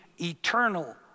eternal